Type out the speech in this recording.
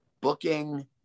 booking